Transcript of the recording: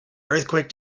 earthquake